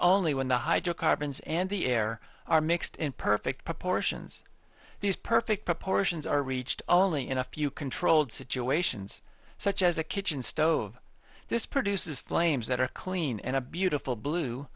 hydrocarbons and the air are mixed in perfect proportions these perfect proportions are reached only in a few controlled situations such as a kitchen stove this produces flames that are clean and a beautiful blue